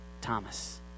Thomas